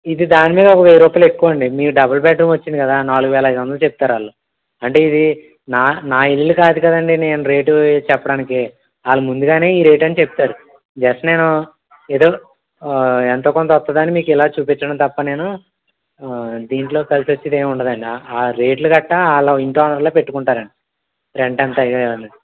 ఇది దాని మీద ఒక వెయ్యి రూపాయలు ఎక్కువ అండి మీకు డబుల్ బెడ్రూమ్ వచ్చింది కదా నాలుగువేల ఐదు వందలు చెప్తారు వాళ్ళు అంటే ఇది నా నా ఇల్లు కాదు కదండి నేను రేట్ వేసి చెప్పడానికి వాళ్ళు ముందుగానే ఈ రేట్ అని చెప్తారు జస్ట్ నేను ఏదో ఎంతోకొంత వస్తుందని మీకు ఇలా చూపించడం తప్ప నేను దీంట్లో కలిసి వచ్చేది ఏమి ఉండదండి ఆ రేట్లు గట్టా వాళ్ళు ఆ ఇంటి ఓనర్లే పెట్టుకుంటారండి రెంట్ అంతా ఏఏ